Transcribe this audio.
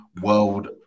World